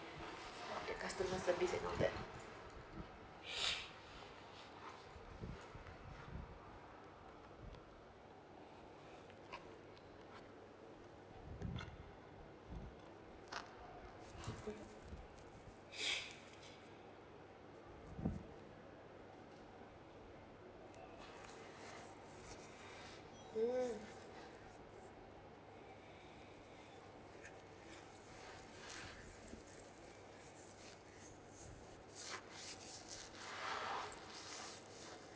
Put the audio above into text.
the customer service and all that mm